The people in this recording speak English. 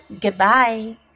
goodbye